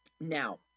now